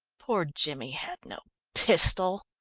poor jimmy had no pistol.